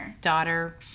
daughter